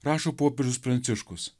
rašo popiežius pranciškus